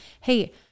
Hey